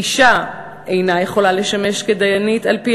אישה אינה יכולה לשמש דיינית על-פי